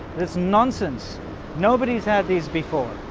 it's nonsense nobody's had these before.